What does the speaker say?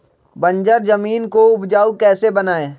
बंजर जमीन को उपजाऊ कैसे बनाय?